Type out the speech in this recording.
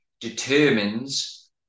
determines